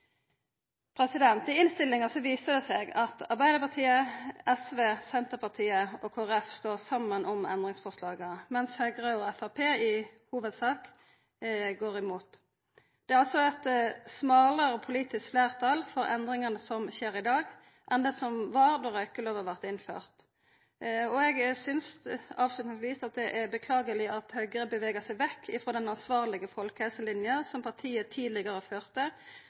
i denne saka. I innstillinga viser det seg at Arbeidarpartiet, SV, Senterpartiet og Kristeleg Folkeparti står saman om endringsforslaga, mens Høgre og Framstegspartiet i hovudsak går imot. Det er altså eit smalare politisk fleirtal for endringane som skjer i dag, enn det var då røykelova blei innført. Eg synest avslutningsvis det er beklageleg at Høgre bevegar seg vekk frå den ansvarlege folkehelselinja som partiet tidlegare førte,